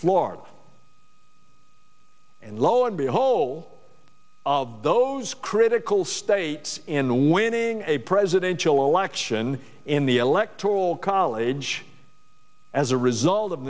floor and lo and behold of those critical states in winning a presidential election in the electoral college as a result of